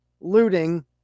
looting